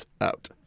out